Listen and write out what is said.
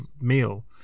meal